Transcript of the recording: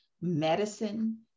medicine